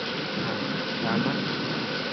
రామ్మా